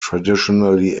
traditionally